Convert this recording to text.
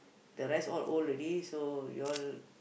the rest all old already so you all